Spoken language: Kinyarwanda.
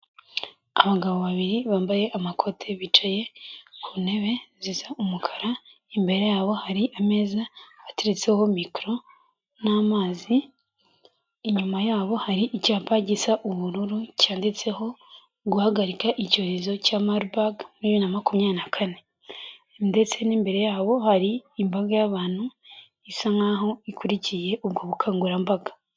Abagabo babiri bambaye amakoti bicaye ku ntebe zisa umukara, imbere yabo hari ameza ateretseho mikoro n'amazi, inyuma yabo hari icyapa gisa ubururu cyanditseho; Guhagarika icyorezo cya Marburg muri bibiri na makumyabiri na kane, ndetse n'imbere yabo hari imbaga y'abantu isa nk'aho ikurikiye ubwo bukangurambaga.